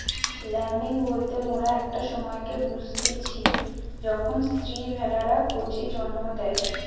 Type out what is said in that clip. lambing বলতে মোরা একটা সময়কে বুঝতিচী যখন স্ত্রী ভেড়ারা কচি জন্ম দেয়